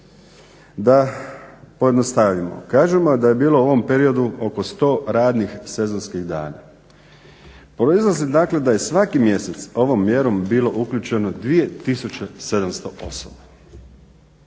Da pojednostavimo, kažemo da je bilo u ovom periodu oko 100 radnih sezonskih dana. Proizlazi dakle da je svaki mjesec ovom mjerom bilo uključeno 2700 osoba.